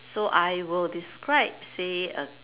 so I will describe say a